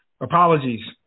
apologies